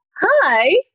Hi